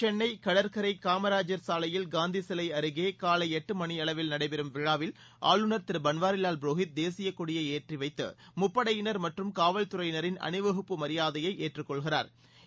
சென்னை கடற்கரை காமராஜர் சாலையில் காந்தி சிலை அருகே காலை எட்டு மணியளவில் நடைபெறும் விழாவில் ஆளுநர் திரு பள்வாரிலால் புரோகித் தேசிய கொடியை ஏற்றி வைத்து முப்படையினா் மற்றும் காவல்துறையினாின் அணிவகுப்பு மரியாதையை ஏற்றுக்கொள்கிறாா்